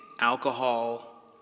alcohol